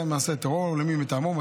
למבצע מעשה הטרור ולמי מטעמו.